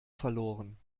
verloren